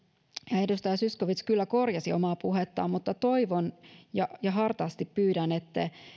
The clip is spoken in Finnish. edustaja zyskowicz kyllä korjasi omaa puhettaan ja ja hartaasti pyydän